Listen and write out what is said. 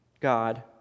God